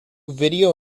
video